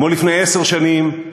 כמו לפני עשר שנים,